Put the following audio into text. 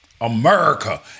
America